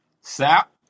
sap